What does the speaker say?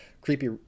creepy